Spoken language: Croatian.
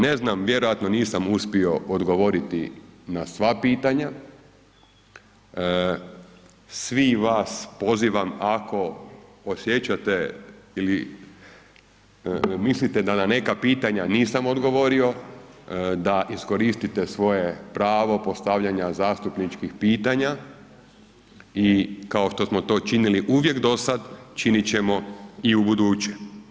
Ne znam, vjerojatno nisam uspio odgovoriti na sva pitanja, svih vas pozivam ako osjećate ili mislite da na neki pitanja nisam odgovorio, da iskoristite svoje pravo postavljanja zastupničkih pitanja i kao što smo to činili uvijek do sad, činit ćemo i ubuduće.